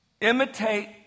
Imitate